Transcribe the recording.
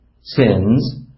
Sins